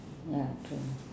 ya true